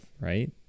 right